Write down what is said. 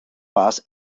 boss